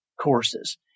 courses